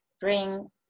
bring